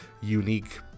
unique